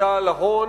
בשליטה על ההון.